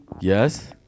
Yes